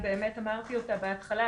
באמת אמרתי אותה בהתחלה,